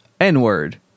N-word